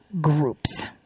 Groups